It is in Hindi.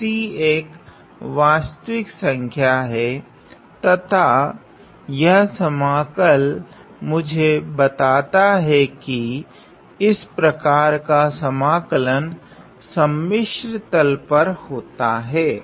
तो C एक वास्तविक संख्या हैं तथा यह समाकल मुझे बताता है कि इस प्रकार का समाकलन सम्मिश्र तल पर होता हैं